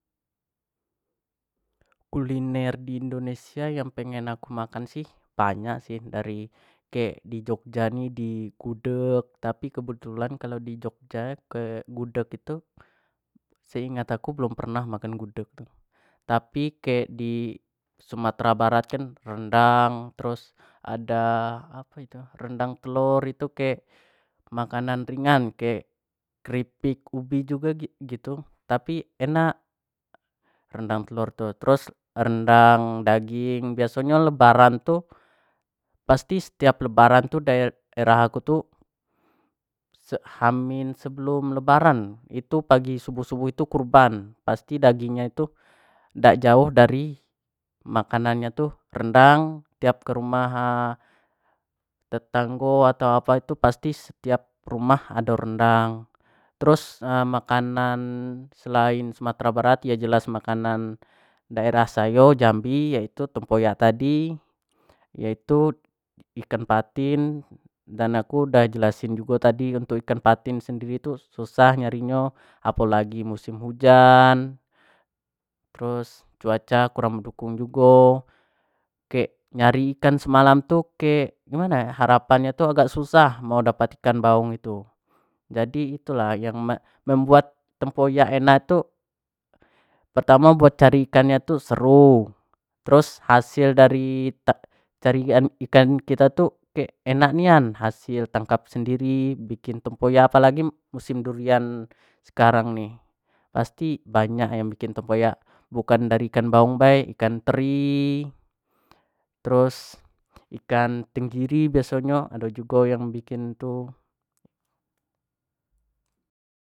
Kuliner di indonesia yang pengen aku makan sih bnayk sih, kek di jogja ni kek di gudeg, tapi kebetulan kek di jogja ni gudeg itu se ingat aku belum pernah makan gudeg tu, tapi kek di sumatera barat kan kek rendang, terus ada apa itu kek rendang telur ityu ada kek makan ringan kek keripik ubi jugo gitu tapi enak rendang telur tu, terus rendang daging biaso nyo lebaran tu pasti setiap lebaran tu daerah ku se h-sebelum lebaran itu pagi shubuh-shubuh tu kurban pasti daging nyo, dak jauh dari makanan nyo rendang setiap kerumah tetanggo atau apa iyu setiap rumah tu ado rendang, tersu makanan selain suamtera barat, yo jelas makanan daerah ayo jambi yaitu tempoyak tadi yaitu ikan patin dan aku jelas kan jugo tadi ikan patin tu sasah dapat nyo apolagi musim hujan, terus cuaca kurang mendukung jugo, kek mencari ikan dalam semaalam itu kek gimana ya harapan nya agak susah mau dapat ikan baung itu, jadi itulah membuat tempoyak enak itu pertamo buat cari ikan tu seru, terus hasil darti carian ikan kito tu kayak enak nian, hasil tangkap sendiri, bikin tempoyak, apo lagi musim durian sekarang ini pasti banyak yang bikin tempoyak, bukan dari ikan baung bae, ikan teri, terus ikan tenggiri ado jugo yang bikin itu.